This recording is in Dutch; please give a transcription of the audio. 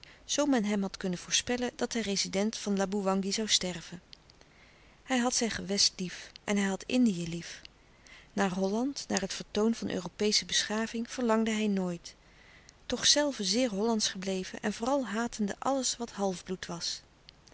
men hem had kunnen voorspellen dat hij rezident van laboewangi zoû sterven hij had zijn gewest lief en hij had indië lief naar holland naar het vertoon van europeesche beschaving verlangde hij nooit toch zelve zeer hollandsch gebleven en vooral hatende alles wat half bloed was